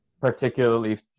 particularly